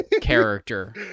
character